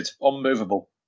unmovable